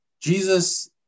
Jesus